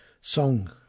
song